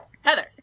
Heather